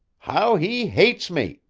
how he hates me!